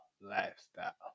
lifestyle